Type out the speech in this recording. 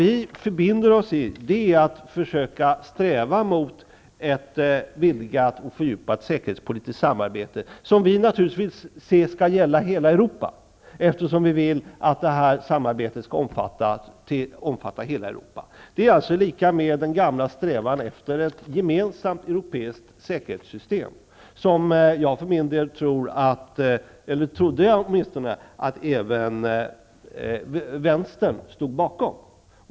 Vi förbinder oss till att försöka sträva mot ett vidgat och fördjupat säkerhetspolitiskt samarbete, som naturligtvis skall omfatta hela Europa. Det är alltså fråga om den gamla strävan efter ett gemensamt europeiskt säkerhetssystem, som jag för min del tror -- eller åtminstone trodde -- att även vänstern stod bakom.